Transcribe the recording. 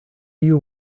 you